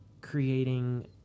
creating